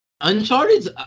Uncharted